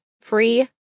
free